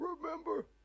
remember